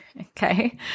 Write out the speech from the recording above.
Okay